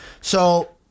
So-